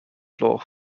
floor